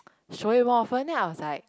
show it more often then I was like